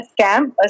scam